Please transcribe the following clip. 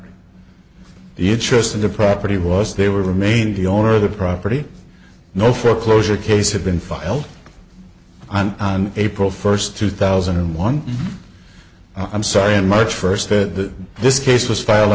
it the interest in the property was they were remained the owner of the property no foreclosure case had been filed on on april first two thousand and one i'm sorry in march first that this case was file